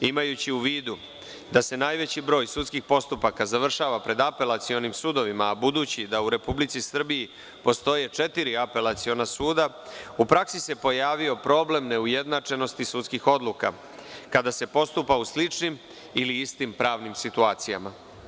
Imajući u vidu da se najveći broj sudskih postupaka završava pred apelacionim sudovima, a budući da u Republici Srbiji postoje četiri apelaciona suda, u praksi se pojavio problem neujednačenosti sudskih odluka kada se postupa u sličnim ili istim pravnim situacijama.